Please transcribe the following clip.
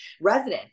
resident